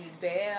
bad